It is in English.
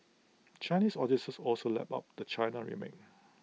Chinese audiences also lapped up the China remake